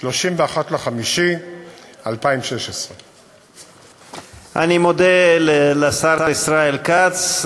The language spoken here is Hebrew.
31 במאי 2016. אני מודה לשר ישראל כץ,